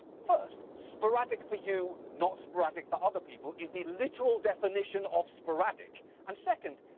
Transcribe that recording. first, sporadic for you, not sporadic for other people is the literally definition of sporadic. and second,